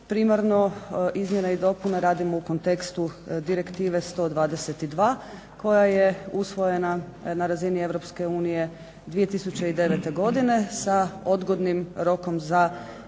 Primarno, izmjene i dopune radimo u kontekstu direktive 122 koja je usvojena na razini Europske unije 2009. godine sa odgodnim rokom za